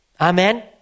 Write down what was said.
Amen